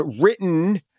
written